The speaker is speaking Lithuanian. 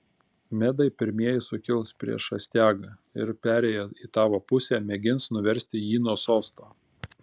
medai pirmieji sukils prieš astiagą ir perėję į tavo pusę mėgins nuversti jį nuo sosto